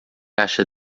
acha